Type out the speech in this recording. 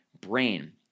brain